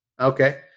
Okay